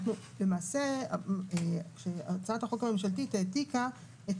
למעשה הצעת החוק הממשלתית העתיקה את